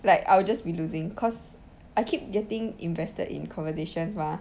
like I will just be losing cause I keep getting invested in conversations mah